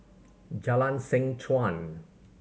Jalan Seh Chuan